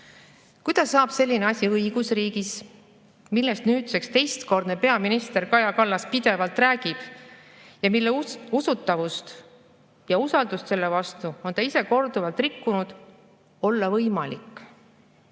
Kuidas saab selline asi õigusriigis, millest nüüdseks teistkordne peaminister Kaja Kallas pidevalt räägib ja mille usutavust ja usaldust selle vastu on ta ise korduvalt rikkunud, olla võimalik?